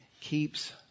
keeps